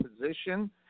position